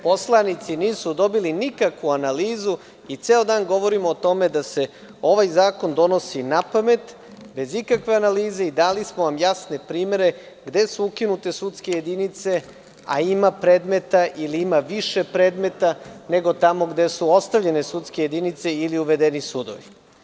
Poslanici nisu dobili nikakvu analizu i ceo dan govorimo o tome da se ovaj zakon donosi napamet, bez ikakve analize i dali smo vam jasne primere gde su ukinute sudske jedinice, a ima predmeta ili ima više predmeta nego tamo gde su ostavljene sudske jedinice ili uvedeni sudovi.